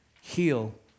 heal